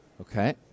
Okay